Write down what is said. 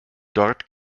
dort